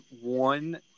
one